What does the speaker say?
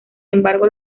embargo